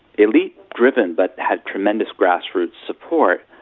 elite-driven but had tremendous grassroots support,